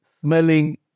smelling